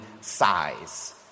size